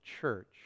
church